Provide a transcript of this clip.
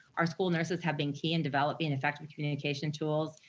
our school nurses have been key in developing effective communication tools,